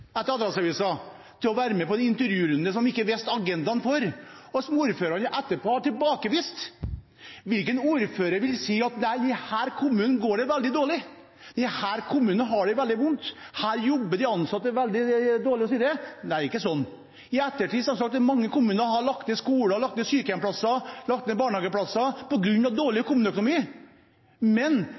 til å være med på en intervjurunde som man ikke kjente agendaen til, og som ordførerne etterpå har tilbakevist. Hvilken ordfører vil si: Nei, i denne kommunen går det veldig dårlig, i denne kommunen har de det veldig vondt, her jobber de ansatte veldig dårlig osv. Det er ikke sånn. Det er klart at mange kommuner har lagt ned skoler, sykehjemsplasser og barnehageplasser på grunn av dårlig kommuneøkonomi. Men